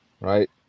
right